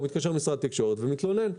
הוא מתקשר למשרד התקשורת ומתלונן.